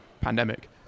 pandemic